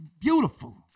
beautiful